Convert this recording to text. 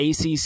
ACC